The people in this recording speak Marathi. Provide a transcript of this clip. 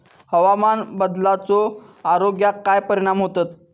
हवामान बदलाचो आरोग्याक काय परिणाम होतत?